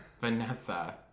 Vanessa